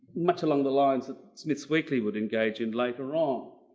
much along the lines that smith's weekly would engage in later on.